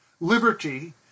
Liberty